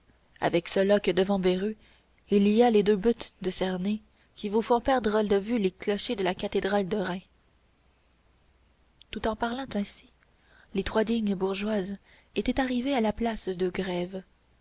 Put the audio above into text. avec cela que devant beru il y a les deux buttes de cernay qui vous font perdre de vue les clochers de la cathédrale de reims tout en parlant ainsi les trois dignes bourgeoises étaient arrivées à la place de grève